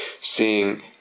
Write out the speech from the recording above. seeing